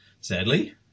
Sadly